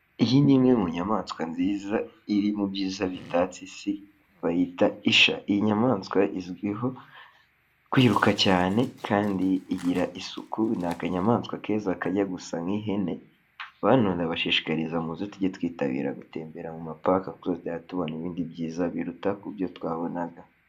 Iyi ni imwe mu nyamaswa nziza iri mu byiza bitatse isi bayita isha. Iyi nyamaswa izwiho kwiruka cyane kandi igira isuku ni akanyamaswa keza kajya gusa nk'ihene, bantu ndabashishikariza muze tujye twitabira gutembera mu mapaka kugira ngo tubone ibyiza biruta ku byo twabonaga.